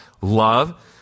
Love